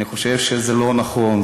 אני חושב שזה לא נכון,